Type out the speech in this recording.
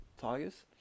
Tigers